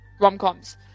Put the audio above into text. rom-coms